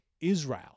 Israel